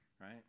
right